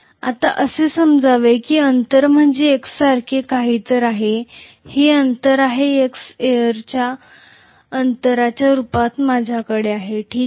आता असे समजावे की अंतर म्हणजे x सारखे काहीतरी आहे हे अंतर आहे x एअरच्या अंतराच्या रूपात माझ्याकडे आहे ठीक आहे